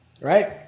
Right